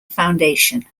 foundation